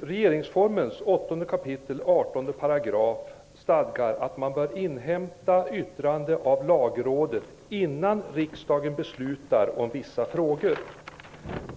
regeringsformen 8 kap. 18 § stadgas att man bör inhämta yttrande av Lagrådet innan riksdagen fattar beslut om vissa frågor.